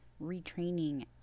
retraining